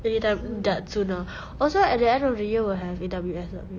eh d~ that soon ah also at the end of the year will have A_W_S [what]